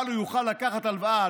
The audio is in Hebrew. אבל הוא יוכל לקחת הלוואה,